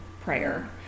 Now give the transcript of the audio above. prayer